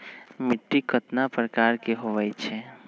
मिट्टी कतना प्रकार के होवैछे?